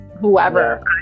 whoever